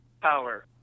power